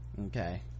Okay